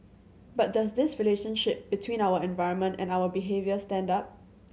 but does this relationship between our environment and our behaviour stand up